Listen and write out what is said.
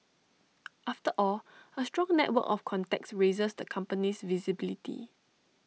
after all A strong network of contacts raises the company's visibility